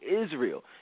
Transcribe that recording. Israel